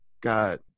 God